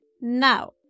Now